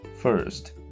First